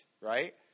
right